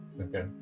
Okay